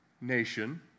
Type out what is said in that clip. nation